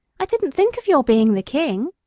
i didn't think of your being the king.